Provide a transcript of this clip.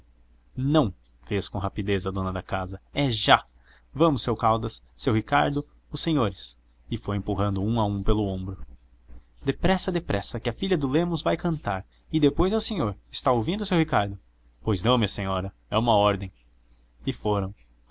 não fez com rapidez a dona da casa é já vamos seu caldas seu ricardo os senhores e foi empurrando um a um pelo ombro depressa depressa que a filha do lemos vai cantar e depois é o senhor está ouvindo seu ricardo pois não minha senhora é uma ordem e foram